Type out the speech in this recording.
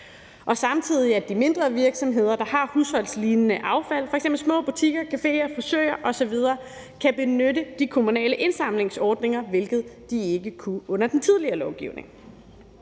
og at de mindre virksomheder, der har husholdningslignende affald, f.eks. små butikker, caféer, frisører osv., også kan benytte de kommunale indsamlingsordninger, hvilket de ikke har kunnet under den tidligere lovgivning,